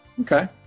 Okay